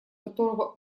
которого